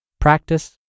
Practice